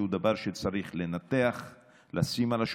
כן, ויש פה את לפיד.